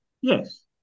yes